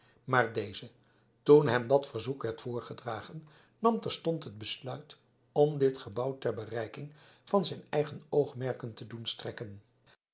maar deze toen hem dat verzoek werd voorgedragen nam terstond het besluit om dit gebouw ter bereiking van zijn eigen oogmerken te doen strekken